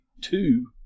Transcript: two